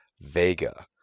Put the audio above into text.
Vega